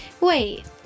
Wait